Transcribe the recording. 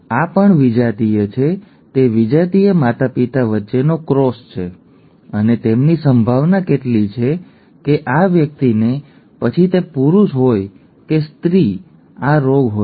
હવે આ વિજાતીય છે આ પણ વિજાતીય છે તે વિજાતીય માતાપિતા વચ્ચેનો ક્રોસ છે અને તેમની સંભાવના કેટલી છે કે આ વ્યક્તિને પછી તે પુરુષ હોય કે સ્ત્રીને આ રોગ હોય